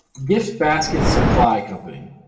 gift basket supply company,